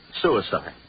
Suicide